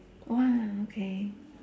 !wah! okay